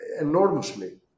enormously